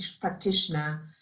practitioner